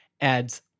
adds